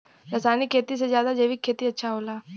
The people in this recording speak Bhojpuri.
रासायनिक खेती से ज्यादा जैविक खेती अच्छा होला